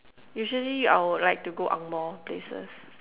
usually I would like to go angmoh places